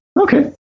Okay